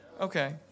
Okay